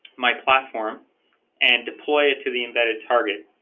my platform and deploy it to the embedded target